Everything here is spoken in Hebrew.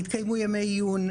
התקיימו ימי עיון,